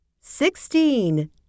Sixteen